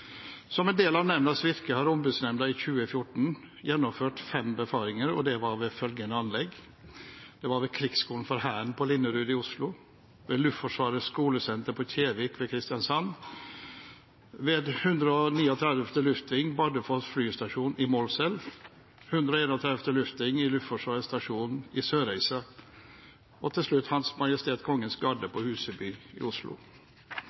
Som en del av nemndas virke har Ombudsmannsnemnda i 2014 gjennomført fem befaringer, og det var ved følgende anlegg: Krigsskolen for Hæren på Linderud i Oslo Luftforsvarets skolesenter på Kjevik ved Kristiansand 139 Luftving / Bardufoss flystasjon i Målselv 131 Luftving / Luftforsvarets stasjon i Sørreisa Hans Majestet Kongens Garde på Huseby i Oslo